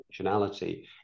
functionality